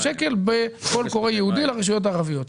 שקל בקול קורא ייעודי לרשויות הערביות?